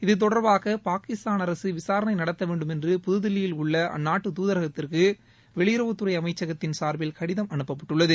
இது தொடர்பாக பாகிஸ்தான் விசாரணை நடத்த வேண்டும் என்று புதுதில்லியில் உள்ள அந்நாட்டு தூதரகத்திற்கு வெளியுறவுத்துறை அமைச்சகத்தின் சார்பில் கடிதம் அனுப்பப்பட்டுள்ளது